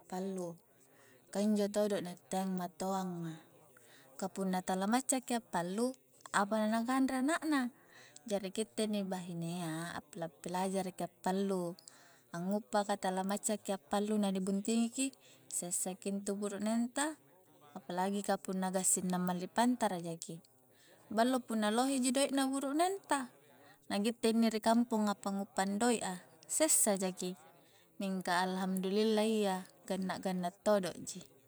Pallu ka injo todo na itteang matoanga ka punna tala macca ki a'pallu apa na-na kanre anak na jari kitte inni bahinea a pila-pilajara' ki a'pallu anguppa ka tala macca ki a'pallu nani buntingi ki sessaki intu burukneng ta apalagi ka punna gassing na malli pantara jaki, ballo punna lohe ji doekna burukneng ta gitte inni ri kamponga pa nguppang doik a sessa jaki mingka alhamdulillah iya ganna todo ji